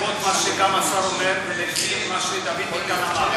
לפי מה שהשר אומר ולפי מה שדוד ביטן אמר,